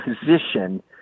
position